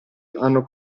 hanno